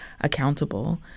accountable